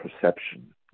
perception